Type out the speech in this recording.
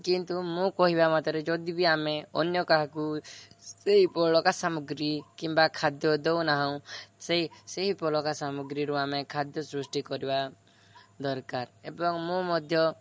କିନ୍ତୁ ମୁଁ କହିବା ମତରେ ଯଦି ବି ଆମେ ଅନ୍ୟ କାହାକୁ ସେହି ବଳକା ସାମଗ୍ରୀ କିମ୍ବା ଖାଦ୍ୟ ଦେଉ ନାହୁଁ ସେଇ ସେହି ବଳକା ସାମଗ୍ରୀରୁ ଆମେ ଖାଦ୍ୟ ସୃଷ୍ଟି କରିବା ଦରକାର ଏବଂ ମୁଁ ମଧ୍ୟ